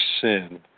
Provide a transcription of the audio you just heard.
sin